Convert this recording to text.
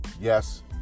Yes